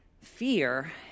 Fear